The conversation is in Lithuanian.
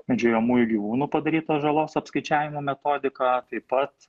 medžiojamųjų gyvūnų padarytos žalos apskaičiavimo metodika taip pat